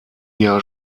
jahr